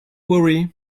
worry